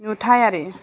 नुथायारि